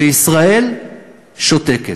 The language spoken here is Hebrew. וישראל שותקת.